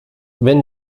wenn